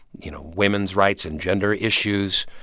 you know, women's rights and gender issues,